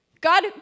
God